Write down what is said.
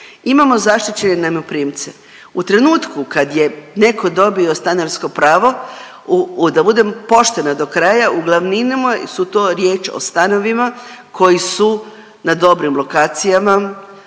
imamo zaštićene najmoprimce u trenutku kad je netko dobio stanarsko pravo, da budem poštena do kraja, uglavninama su to riječ o stanovima koji su na dobrim lokacijama